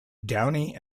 downy